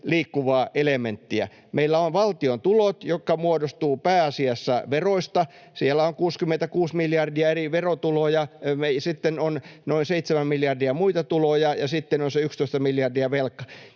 liikkuvaa elementtiä — meillä on valtion tulot, jotka muodostuvat pääasiassa veroista, eli siellä on 66 miljardia eri verotuloja, ja sitten on noin 7 miljardia muita tuloja, ja sitten on se 11 miljardia velkaa